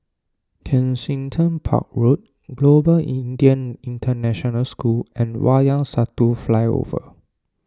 Kensington Park Road Global Indian International School and Wayang Satu Flyover